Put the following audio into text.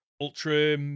Ultra